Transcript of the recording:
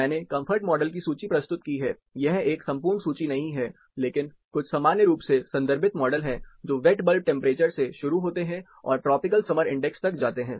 मैंने comfort model की सूची प्रस्तुत की है यह एक संपूर्ण सूची नहीं है लेकिन कुछ सामान्य रूप से संदर्भित मॉडल हैं जो वेट बल्ब टेंपरेचर से शुरू होते हैं और ट्रॉपिकल समर इंडेक्स तक जाते है